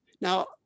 Now